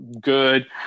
good